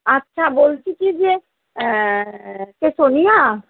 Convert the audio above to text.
আচ্ছা বলছি কী যে কে সোনিয়া